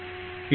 PCON